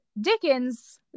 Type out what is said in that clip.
Dickens